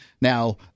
now